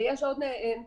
ויש עוד נתונים.